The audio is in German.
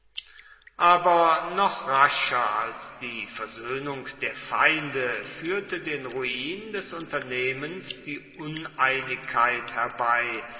aber noch rascher als die versöhnung der feinde führte den ruin des unternehmens die uneinigkeit herbei